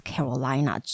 Carolina